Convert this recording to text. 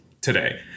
today